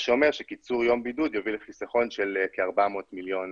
מה שאומר שקיצור יום בידוד יביא לחיסכון של כ-400 מיליון